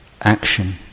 action